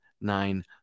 nine